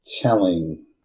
telling